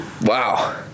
Wow